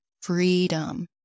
freedom